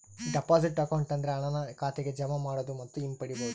deposit account ಅಂದ್ರೆ ಹಣನ ಖಾತೆಗೆ ಜಮಾ ಮಾಡೋದು ಮತ್ತು ಹಿಂಪಡಿಬೋದು